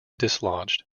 dislodged